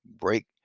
break